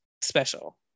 special